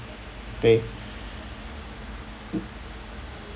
pay